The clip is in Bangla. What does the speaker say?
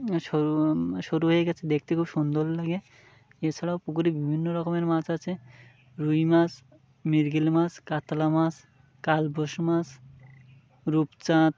সরু সরু হয়ে গিয়েছে দেখতে খুব সুন্দর লাগে এ ছাড়াও পুকুরে বিভিন্ন রকমের মাছ আছে রুই মাছ মৃগেল মাছ কাতলা মাছ কালবোশ মাস রূপচাঁদ